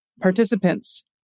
participants